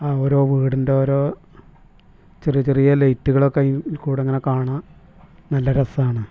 ആ ഓരോ വീടിൻ്റെ ഓരോ ചെറിയ ചെറിയ ലൈറ്റുകളൊക്കെ അതിൽകൂടെ അങ്ങനെ കാണാൻ നല്ല രസമാണ്